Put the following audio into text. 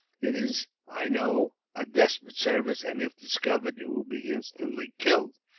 it is, i know, a desperate service, and if discovered you will be instantly killed.